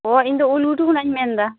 ᱚ ᱤᱧ ᱫᱚ ᱩᱞ ᱜᱷᱩᱴᱩ ᱠᱷᱚᱱᱟᱜ ᱤᱧ ᱢᱮᱱᱫᱟ